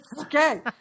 Okay